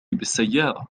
بالسيارة